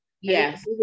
yes